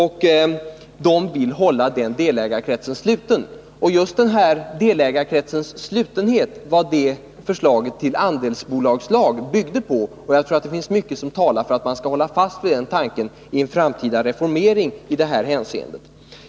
De vill hålla delägarekretsen sluten. Just den här delägarkretsens slutenhet var vad förslaget till andelsbolagslag byggde på. Jag tror att det finns mycket som talar för att man skall hålla fast vid den tanken i en framtida reformering på det här området.